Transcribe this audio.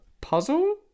puzzle